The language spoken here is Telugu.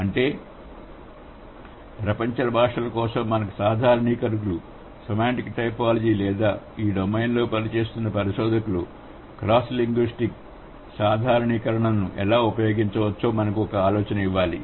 అంటే ప్రపంచ భాషల కోసం మనకు సాధారణీకరణలు సెమాంటిక్ టైపోలాజీ ద్వారా లేదా ఈ డొమైన్లో పనిచేస్తున్న పరిశోధకులు క్రాస్లింగ్యుస్టిక్ సాధారణీకరణలను ఎలా ఉపయోగించవచ్చో మనకు ఒక ఆలోచన ఇవ్వాలి